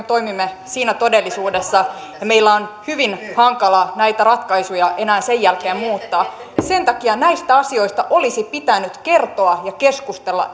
toimimme siinä todellisuudessa että meillä on hyvin hankala näitä ratkaisuja enää sen jälkeen muuttaa sen takia näistä asioista olisi pitänyt kertoa ja keskustella